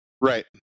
Right